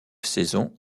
saisons